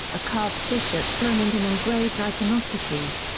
a carved bishop throne and an engraved iconostasis.